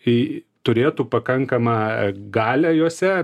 į turėtų pakankamą galią jose